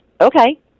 okay